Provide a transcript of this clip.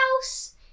house